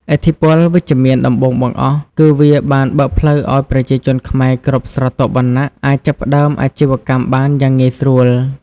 ឥទ្ធិពលវិជ្ជមានដំបូងបង្អស់គឺវាបានបើកផ្លូវឱ្យប្រជាជនខ្មែរគ្រប់ស្រទាប់វណ្ណៈអាចចាប់ផ្តើមអាជីវកម្មបានយ៉ាងងាយស្រួល។